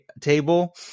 table